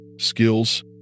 skills